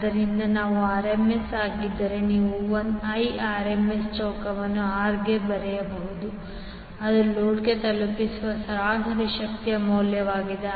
ಆದ್ದರಿಂದ ನಾನು RMS ಆಗಿದ್ದರೆ ನೀವು I RMS ಚೌಕವನ್ನು R ಗೆ ಬರೆಯಬಹುದು ಅದು ಲೋಡ್ಗೆ ತಲುಪಿಸುವ ಸರಾಸರಿ ಶಕ್ತಿಯ ಮೌಲ್ಯವಾಗಿದೆ